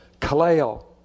Kaleo